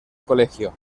colegio